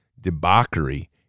debauchery